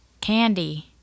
Candy